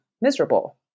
miserable